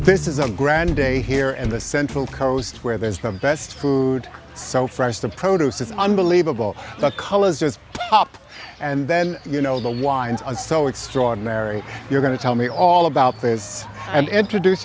this is a grand day here in the central coast where there's been best food so fresh the produce is unbelievable the colors just pop and then you know the winds are so extraordinary you're going to tell me all about this and introduce